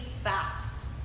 fast